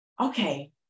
okay